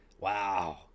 Wow